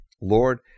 Lord